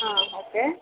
ಹಾಂ ಓಕೆ